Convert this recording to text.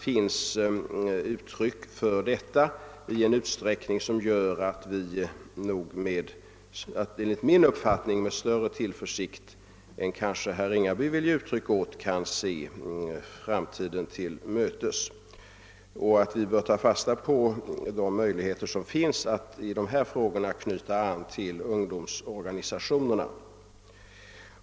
Den inställningen tror jag finns i en utsträckning som gör att vi med större tillförsikt än herr Ringaby här givit uttryck åt kan se framtiden an. Vi bör, menar jag, ta fasta på de möjligheter som finns att i dessa frågor knyta an till ungdomsorganisationerna.